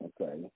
okay